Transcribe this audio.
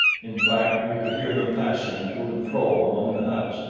in fact, we could hear them passing to and fro among the huts,